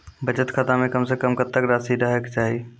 बचत खाता म कम से कम कत्तेक रासि रहे के चाहि?